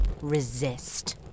resist